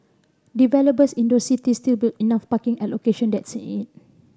developers in those cities still build enough parking at location that's it